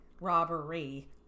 Robbery